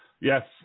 Yes